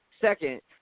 second